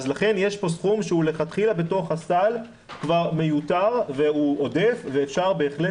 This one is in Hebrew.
לכן יש פה סכום שהוא לכתחילה בתוך הסל כבר מיותר והוא עודף ואפשר בהחלט